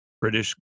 British